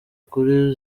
kure